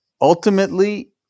ultimately